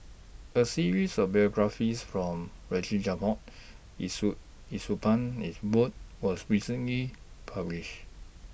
A series of biographies from Yee Siew Yee Siew Pun was recently published